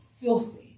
filthy